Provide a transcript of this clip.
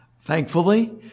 Thankfully